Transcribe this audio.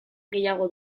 gehiago